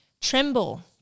Tremble